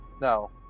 No